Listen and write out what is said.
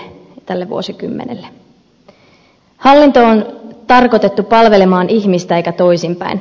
hallinto on tarkoitettu palvelemaan ihmistä eikä toisinpäin